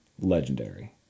Legendary